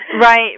Right